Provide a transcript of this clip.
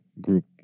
Group